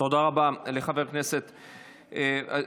תודה רבה לחבר הכנסת אזולאי.